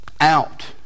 out